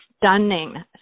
Stunning